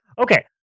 Okay